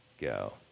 go